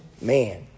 man